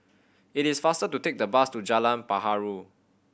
it is faster to take the bus to Jalan Perahu